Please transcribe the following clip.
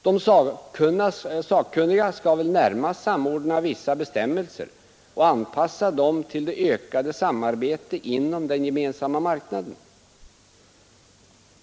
De sakkunniga skall väl närmast samordna vissa bestämmelser och anpassa dem till det ökade samarbetet inom den gemensamma marknaden.